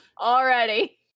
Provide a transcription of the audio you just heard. Already